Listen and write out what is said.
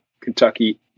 Kentucky